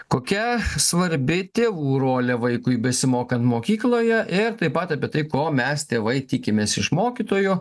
kokia svarbi tėvų rolė vaikui besimokant mokykloje ir taip pat apie tai ko mes tėvai tikimės iš mokytojo